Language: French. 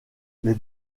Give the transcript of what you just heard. les